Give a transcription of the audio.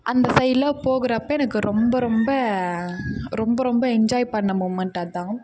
அந்த சைடுலாம் போகிறப்ப எனக்கு ரொம்ப ரொம்ப ரொம்ப ரொம்ப என்ஜாய் பண்ண மூவ்மெண்ட் அதுதான்